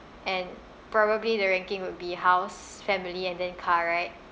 and probably the ranking would be house family and then car right